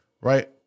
right